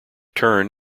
turn